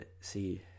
see